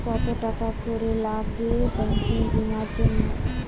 কত টাকা করে লাগে ব্যাঙ্কিং বিমার জন্য?